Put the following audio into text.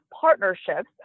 partnerships